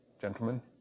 gentlemen